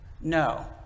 No